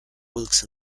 wilkes